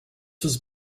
was